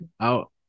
out